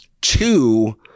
Two